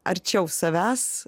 arčiau savęs